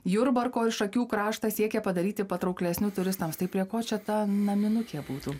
jurbarko ir šakių kraštą siekia padaryti patrauklesniu turistams tai prie ko čia ta naminukė būtų